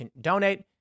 donate